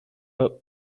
but